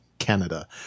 Canada